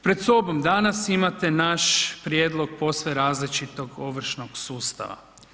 Pred sobom danas imate naš prijedlog posve različitog ovršnog sustava.